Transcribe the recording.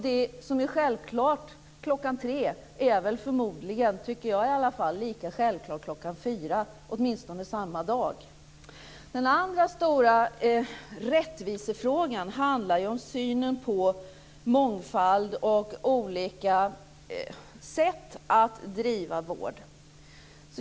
Det som är självklart klockan tre är väl förmodligen, tycker jag i alla fall, lika självklart klockan fyra, åtminstone samma dag. Den andra stora rättvisefrågan handlar om synen på mångfald och olika sätt att driva vård.